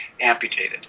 amputated